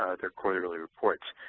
ah their quarterly reports.